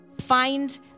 find